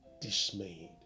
dismayed